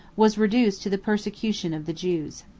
was reduced to the persecution of the jews.